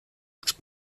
its